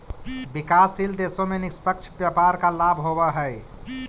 विकासशील देशों में निष्पक्ष व्यापार का लाभ होवअ हई